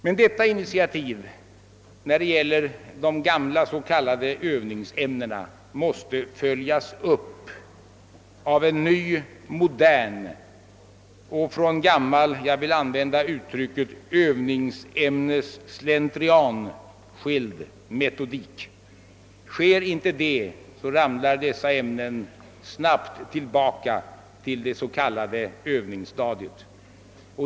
Men detta initiativ, när det gäller de gamla s.k. övningsämnena, måste följas upp av en ny, modern och från gammal övningsämnesslentrian skild metodik. Sker inte det, ramlar dessa ämnen snabbt tillbaka till det s.k. övningsstadiet.